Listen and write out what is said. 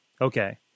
Okay